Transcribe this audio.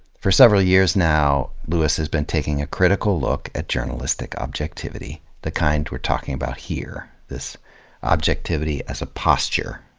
for several years now lewis has been taking a critical look at journalistic objectivity the kind we're talking about here, this objectivity as a posture.